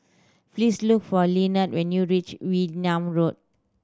please look for Lynnette when you reach Wee Nam Road